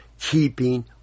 Keeping